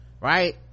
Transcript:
right